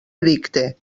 edicte